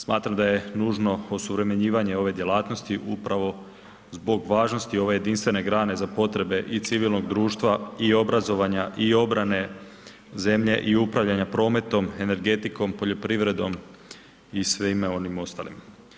Smatram da je nužno osuvremenjivanje ove djelatnosti upravo zbog važnosti ove jedinstvene grane za potrebe i civilnog društva i obrazovanja i obrane zemlje i upravljanja prometom, energetikom, poljoprivredom i svime onim ostalim.